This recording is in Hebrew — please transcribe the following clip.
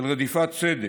של רדיפת צדק,